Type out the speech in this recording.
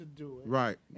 Right